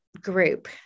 group